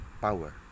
power